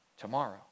Tomorrow